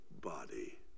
body